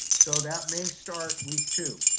so that may start week two.